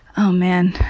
oh man.